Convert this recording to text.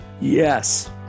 yes